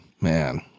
Man